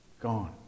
gone